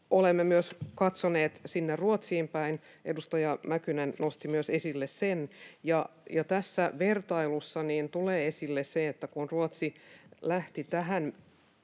olemme katsoneet myös sinne Ruotsiin päin — edustaja Mäkynen nosti myös esille sen. Tässä vertailussa tulee esille se, että kun Ruotsi lähti 2018